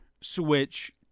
Switch